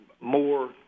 more